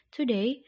Today